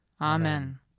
Amen